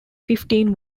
fifteen